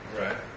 Right